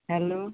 hello